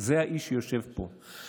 זה האיש שיושב פה.